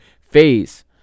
phase